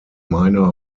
minor